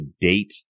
date